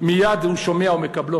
מייד הוא שומע ומקבלו",